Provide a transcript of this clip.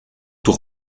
tour